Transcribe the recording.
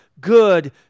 good